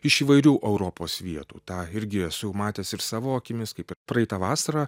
iš įvairių europos vietų tą irgi esu jau matęs ir savo akimis kaip ir praeitą vasarą